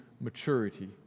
maturity